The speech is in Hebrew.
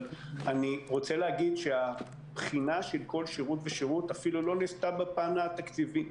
אני רוצה להגיד שהבחינה של כל שירות ושירות אפילו לא נעשתה בפן התקציבי.